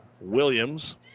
Williams